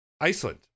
Iceland